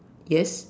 yes